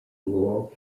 laurel